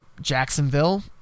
Jacksonville